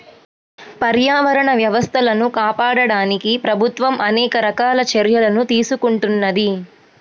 పర్యావరణ వ్యవస్థలను కాపాడడానికి ప్రభుత్వం అనేక రకాల చర్యలను తీసుకుంటున్నది